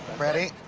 ready?